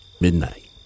Midnight